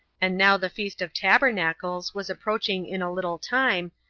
and now the feast of tabernacles was approaching in a little time,